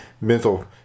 mental